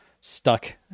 stuck